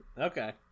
Okay